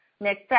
next